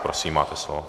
Prosím, máte slovo.